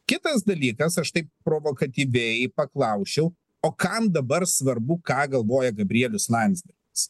kitas dalykas aš tai provokatyviai paklausčiau o kam dabar svarbu ką galvoja gabrielius landsbergis